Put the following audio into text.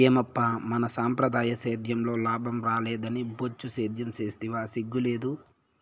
ఏమప్పా మన సంప్రదాయ సేద్యంలో లాభం రాలేదని బొచ్చు సేద్యం సేస్తివా సిగ్గు లేదూ